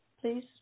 please